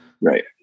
Right